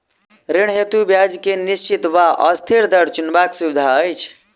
ऋण हेतु ब्याज केँ निश्चित वा अस्थिर दर चुनबाक सुविधा अछि